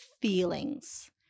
feelings